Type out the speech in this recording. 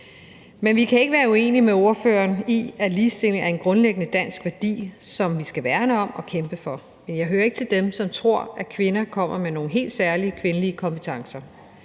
Men vi kan ikke være uenige med ordføreren i, at ligestilling er en grundlæggende dansk værdi, som vi skal værne om og kæmpe for. Men jeg hører ikke til dem, som tror, at kvinder kommer med nogle helt særlige kvindelige kompetencer.